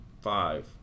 five